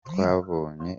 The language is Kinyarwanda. twabonye